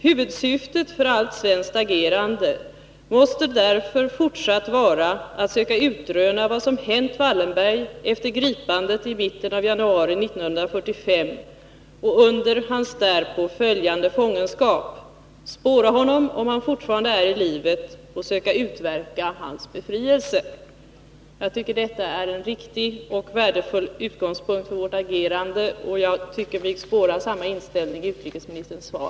Huvudsyftet för allt svenskt agerande måste därför fortsatt vara att söka utröna vad som hänt Wallenberg efter gripandet i mitten av januari 1945 och under hans därpå följande fångenskap, spåra honom om han fortfarande är livet och söka utverka hans befrielse.” Detta är en riktig och värdefull utgångspunkt för vårt agerande, och jag tycker mig spåra samma inställning i utrikesministerns svar.